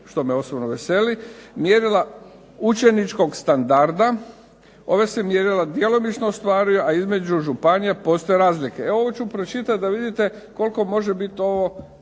što me osobno veseli. Mjerila učeničkog standarda. Ova se mjerila djelomično ostvaruju, a između županija postoje razlike. Ovo ću pročitati da vidite koliko može biti ovo